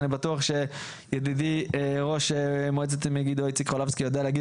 אני בטוח שידידי ראש מועצת מגידו איציק חולבסקי יודע להגיד